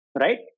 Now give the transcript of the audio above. Right